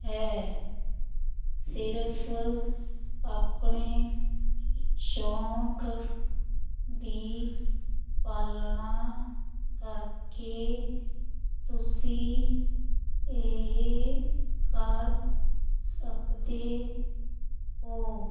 ਹੈ ਸਿਰਫ ਆਪਣੇ ਸ਼ੌਂਕ ਦੀ ਪਾਲਣਾ ਕਰਕੇ ਤੁਸੀਂ ਇਹ ਕਰ ਸਕਦੇ ਹੋ